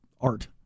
art